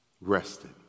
rested